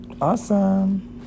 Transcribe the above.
Awesome